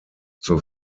zur